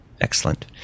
Excellent